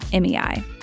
MEI